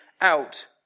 out